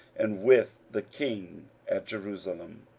and with the king at jerusalem.